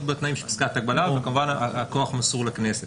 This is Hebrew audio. בתנאים של חזקת הגבלה וכמובן הכוח מסור לכנסת.